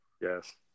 Yes